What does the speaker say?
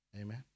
Amen